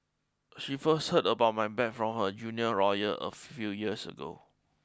she first heard about my bad from her junior lawyer a few years ago